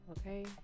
okay